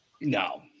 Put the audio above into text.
No